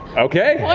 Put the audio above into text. okay,